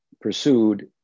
pursued